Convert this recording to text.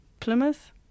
Plymouth